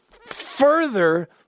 further